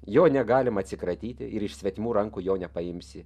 jo negalima atsikratyti ir iš svetimų rankų jo nepaimsi